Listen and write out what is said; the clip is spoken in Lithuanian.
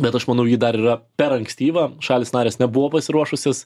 bet aš manau ji dar yra per ankstyva šalys narės nebuvo pasiruošusios